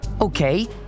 Okay